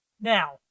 Now